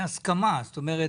משתנה.